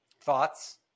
Thoughts